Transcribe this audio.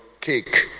cake